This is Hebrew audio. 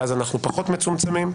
ואז אנחנו פחות מצומצמים.